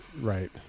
Right